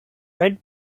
red